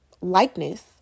likeness